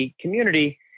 community